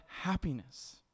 happiness